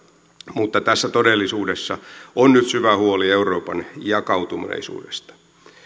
mutta tässä todellisuudessa on nyt syvä huoli euroopan jakautuneisuudesta